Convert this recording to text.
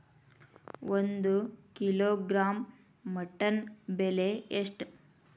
ಒಂದು kilogram mutton ಬೆಲೆ ಎಷ್ಟ್?